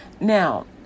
Now